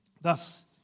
Thus